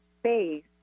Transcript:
space